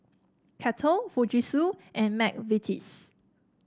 Kettle Fujitsu and McVitie's